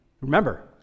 remember